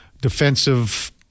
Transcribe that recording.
defensive